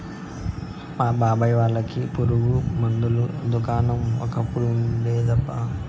మా బాబాయ్ వాళ్ళకి పురుగు మందుల దుకాణం ఒకప్పుడు ఉండేదబ్బా